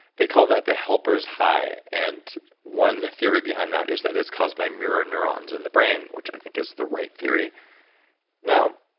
they call that the helper's high and one theory behind that is that it's caused by mirror neurons in the brain, which i think is the right theory now,